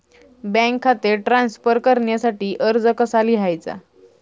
Bank खाते transfer करण्यासाठी अर्ज कसा लिहायचा?